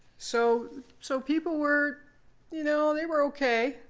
so so people were you know they were ok,